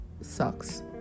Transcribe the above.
sucks